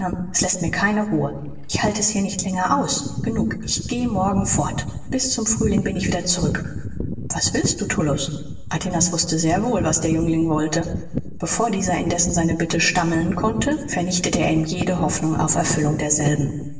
es läßt mir keine ruhe ich halte es hier nicht länger aus genug ich gehe morgen fort bis zum frühling bin ich wieder zurück was willst du tullus atinas wußte sehr wohl was der jüngling wollte bevor dieser indessen seine bitte stammeln konnte vernichtete er ihm jede hoffnung auf erfüllung derselben